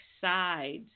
sides